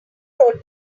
wrote